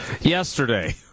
yesterday